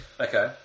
Okay